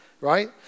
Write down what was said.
right